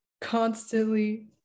constantly